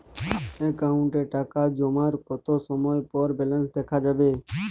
অ্যাকাউন্টে টাকা জমার কতো সময় পর ব্যালেন্স দেখা যাবে?